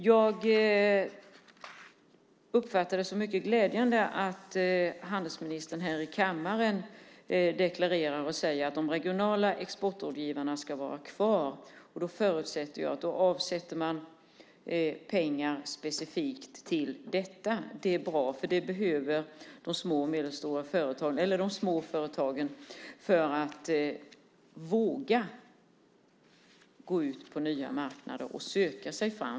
Jag uppfattar det som mycket glädjande att handelsministern här i kammaren säger att de regionala exportrådgivarna ska vara kvar. Då förutsätter jag att man avsätter pengar specifikt till detta. Det är bra. Det behöver de små företagen för att våga gå ut på nya marknader och söka sig fram.